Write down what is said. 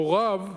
הוריו,